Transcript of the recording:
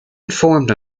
informed